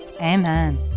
Amen